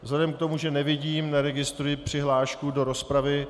Vzhledem k tomu, že nevidím, neregistruji přihlášku do rozpravy...